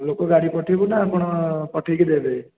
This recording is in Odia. ଲୋକ ଗାଡ଼ି ପଠାଇବୁ ନା ଆପଣ ପଠାଇକି ଦେବେ